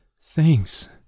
Thanks